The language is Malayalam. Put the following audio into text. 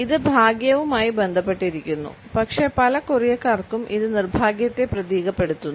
ഇത് ഭാഗ്യവുമായി ബന്ധപ്പെട്ടിരിക്കുന്നു പക്ഷേ പല കൊറിയക്കാർക്കും ഇത് നിർഭാഗ്യത്തെ പ്രതീകപ്പെടുത്തുന്നു